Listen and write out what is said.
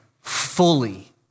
fully